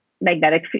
magnetic